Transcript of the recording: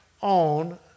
on